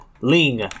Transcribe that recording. ling